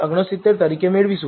69 તરીકે મેળવીશું